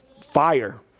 fire